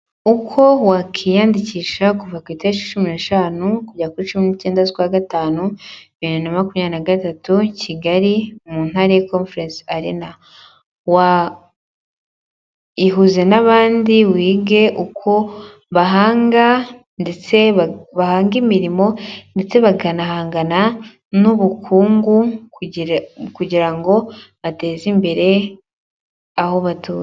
Uko wakiyandikisha kuva ku itariki cumi n'eshanu kugera kuri cumi n'icyenda z'ukwa gatanu bibiri na makumyabiri na gatatu, kigali mu ntare komferensi arena. Ihuze n'abandi wige uko bahanga ndetse bahanga imirimo ndetse bakanahangana n'ubukungu kugira ngo bateze imbere aho batuye.